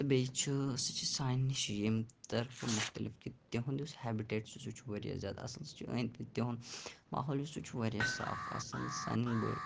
بیٚیہِ چھُ سُہ چھُ سانہِ نِش ییٚمہِ طرفہٕ مُختلِف کہِ تِہُنٛد یُس ہیٚبِٹِٹ چھُ سُہ چھُ واریاہ زیاد اصٕل سُہ چھُ أنٛدۍ پٔکھی تِہُنٛد ماحول یُس چھُ سُہ چھُ واریاہ صاف آسان سانیٚن بٲڑن